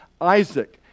Isaac